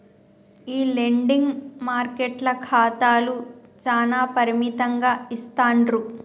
ఈ లెండింగ్ మార్కెట్ల ఖాతాలు చానా పరిమితంగా ఇస్తాండ్రు